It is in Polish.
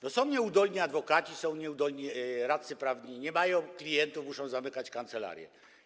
No, są nieudolni adwokaci, są nieudolni radcy prawni, nie mają klientów, muszą zamykać kancelarie.